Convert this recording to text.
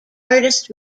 artist